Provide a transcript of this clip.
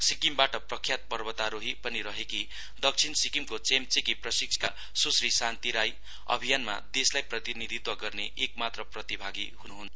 सिक्किमबाट प्रख्यात पर्वतारोही पनि रहेकी दक्षिण सिक्किमको चेमचेकी प्रशिक्षिका सुश्री शान्ति राई अभियानमा देशलाई प्रतिनिधित्व गर्ने एकमात्र प्रतिभागी हुनुहुन्छ